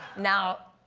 now,